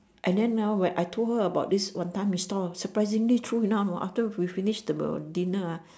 and then now when I told her about this wanton-mee store surprisingly true enough hor after we finish the dinner ah